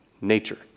nature